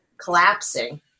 collapsing